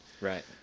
Right